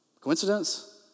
Coincidence